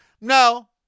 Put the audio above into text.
No